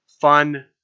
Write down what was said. Fun